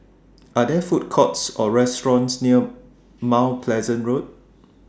Are There Food Courts Or restaurants near Mount Pleasant Road